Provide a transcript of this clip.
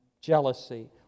jealousy